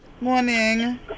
Morning